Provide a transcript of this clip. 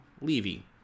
Levy